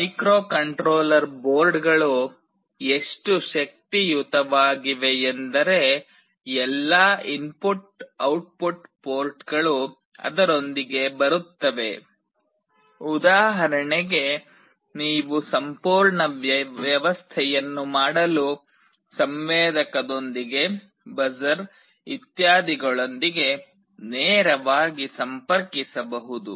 microcontroller ಬೋರ್ಡ್ಗಳು ಎಷ್ಟು ಶಕ್ತಿಯುತವಾಗಿವೆಯೆಂದರೆ ಎಲ್ಲಾ ಇನ್ಪುಟ್ ಔಟ್ಪುಟ್ ಪೋರ್ಟ್ಗಳು ಅದರೊಂದಿಗೆ ಬರುತ್ತವೆ ಉದಾಹರಣೆಗೆ ನೀವು ಸಂಪೂರ್ಣ ವ್ಯವಸ್ಥೆಯನ್ನು ಮಾಡಲು ಸಂವೇದಕದೊಂದಿಗೆ ಬಜರ್ ಇತ್ಯಾದಿಗಳೊಂದಿಗೆ ನೇರವಾಗಿ ಸಂಪರ್ಕಿಸಬಹುದು